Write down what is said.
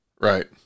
Right